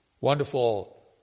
Wonderful